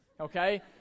okay